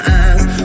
eyes